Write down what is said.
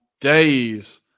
days